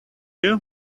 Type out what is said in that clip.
you